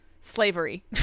slavery